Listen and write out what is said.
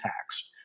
taxed